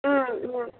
अँ अँ